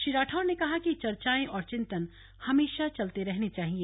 श्री राठौर ने कहा कि चर्चाएं और चिंतन हमेशा चलते रहने चाहिए